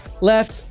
left